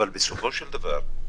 אבל בסופו של דבר,